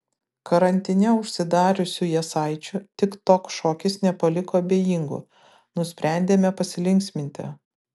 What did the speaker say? karantine užsidariusių jasaičių tiktok šokis nepaliko abejingų nusprendėme pasilinksminti